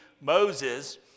Moses